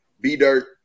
B-Dirt